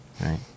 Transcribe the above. right